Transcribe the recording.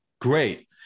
Great